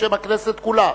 בשם הכנסת כולה,